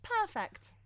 Perfect